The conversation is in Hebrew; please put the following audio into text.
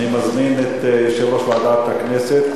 אני מזמין את יושב-ראש ועדת הכנסת,